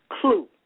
clue